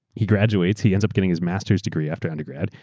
he graduates, he ends up getting his masteraeurs degree after undergrad.